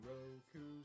Roku